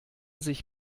sich